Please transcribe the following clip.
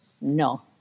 no